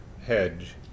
hedge